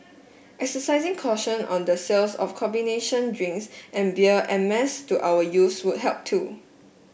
exercising caution on the sales of combination drinks and beer en mass to our youth would help too